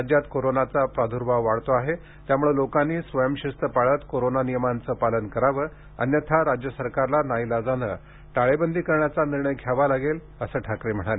राज्यात कोरोनाचा प्रादुर्भाव वाढतो आहे त्यामुळे लोकांनी स्वयंशिस्त पाळत कोरोना नियमांचे पालन करावे अन्यथा राज्य सरकारला नाईलाजाने टाळेबंदी करण्याचा निर्णय घ्यावा लागेल असे ठाकरे म्हणाले